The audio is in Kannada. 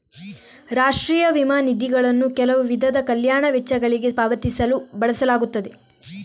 ರಾಷ್ಟ್ರೀಯ ವಿಮಾ ನಿಧಿಗಳನ್ನು ಕೆಲವು ವಿಧದ ಕಲ್ಯಾಣ ವೆಚ್ಚಗಳಿಗೆ ಪಾವತಿಸಲು ಬಳಸಲಾಗುತ್ತದೆ